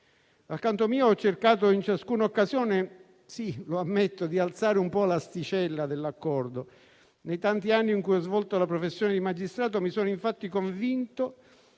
canto mio, ho cercato in ciascuna occasione - sì, lo ammetto - di alzare un po' l'asticella dell'accordo. Nei tanti anni in cui ho svolto la professione di magistrato, mi sono infatti convinto